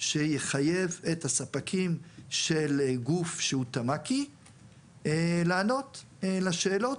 שיחייב את הספקים של גוף שהוא תמ"קי לענות לשאלות